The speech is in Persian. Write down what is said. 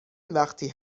وقتی